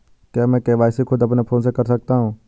क्या मैं के.वाई.सी खुद अपने फोन से कर सकता हूँ?